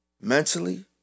mentally